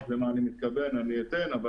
היא תהווה מכשול?